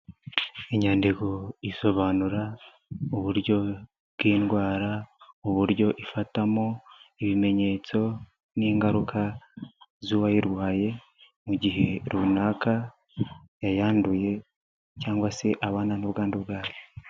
Inyandiko isobanura uburyo bw'indwara, uburyo ifatamo, ibimenyetso n'ingaruka z'uwayirwaye mu gihe runaka yayanduye cyangwa se abana n'ubwandu bwayo.